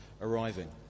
arriving